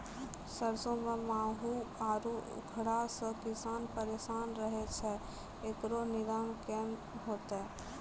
सरसों मे माहू आरु उखरा से किसान परेशान रहैय छैय, इकरो निदान केना होते?